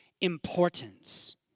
importance